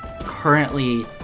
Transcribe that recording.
Currently